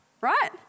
right